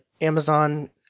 Amazon